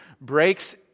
breaks